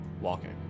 walking